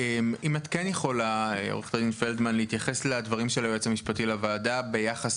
אם תוכלי להתייחס לדברים של היועץ המשפטי לוועדה ביחס